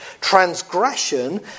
Transgression